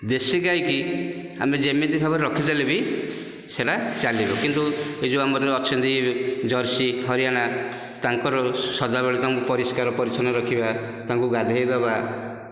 ଦେଶୀ ଗାଈକି ଆମେ ଯେମିତି ଭାବରେ ରଖିଦେଲେବି ସେହିଟା ଚାଲିବ କିନ୍ତୁ ଏଯୋ ଆମର ଅଛନ୍ତି ଜର୍ସି ହରିୟାଣା ତାଙ୍କର ସଦାବେଳେ ତାଙ୍କୁ ପରିଷ୍କାର ପରିଚ୍ଛନ ରଖିବା ତାଙ୍କୁ ଗାଧେଇଦେବା